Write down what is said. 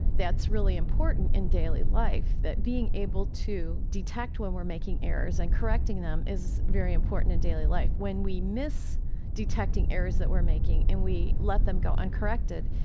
that's really important in daily life, that being able to detect when we're making errors and correcting them is very important in daily life. when we miss detecting errors that we're making and we let them go uncorrected,